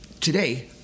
Today